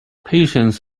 patients